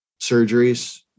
surgeries